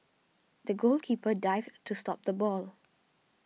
the goalkeeper dived to stop the ball